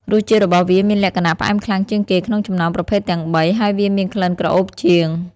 រសជាតិរបស់វាមានលក្ខណៈផ្អែមខ្លាំងជាងគេក្នុងចំណោមប្រភេទទាំងបី ហើយវាមានក្លិនក្រអូបជាង។